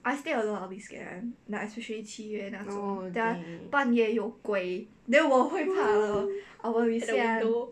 I stay alone I'll be scared [one] especially 七月那种 the 半夜有鬼 then 我会怕的 I will be scared [one]